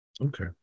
Okay